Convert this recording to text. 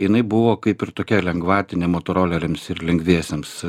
jinai buvo kaip ir tokia lengvatinė motoroleriams ir lengviesiems